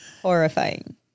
horrifying